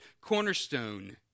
cornerstone